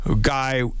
guy